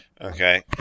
okay